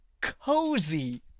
cozy